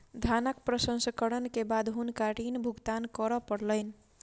धानक प्रसंस्करण के बाद हुनका ऋण भुगतान करअ पड़लैन